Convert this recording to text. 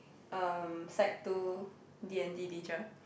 um sec two D and T teacher